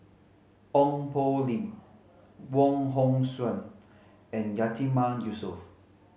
Ong Poh Lim Wong Hong Suen and Yatiman Yusof